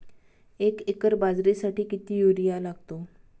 एक एकर बाजरीसाठी किती युरिया लागतो?